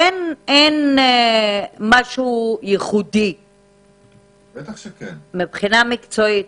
אין משהו ייחודי מבחינה מקצועית.